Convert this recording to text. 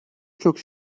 çok